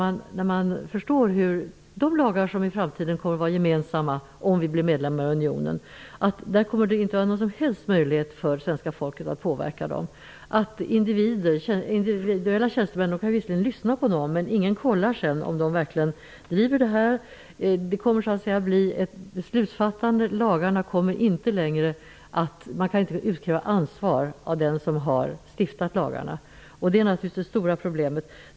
Man kan förstå att det inte kommer att finnas någon som helst möjlighet för det svenska folket att påverka de lagar som i framtiden kommer att vara gemensamma, om vi blir medlemmar i unionen. Individuella tjänstemän kan visserligen visa sig lyhörda, men ingen kontrollerar att de driver frågorna. Det kommer att bli ett beslutsfattande utan att man har möjlighet att utkräva ett ansvar av dem som stiftat lagarna. Det är det stora problemet.